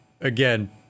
again